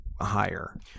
higher